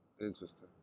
Interesting